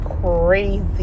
crazy